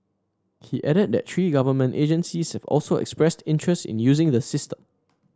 he added that three government agencies have also expressed interest in using the system